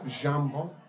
Jambon